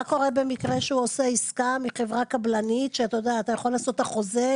מה קורה במקרה שהוא עושה עסקה מחברה קבלנית שאתה יכול לעשות את החוזה,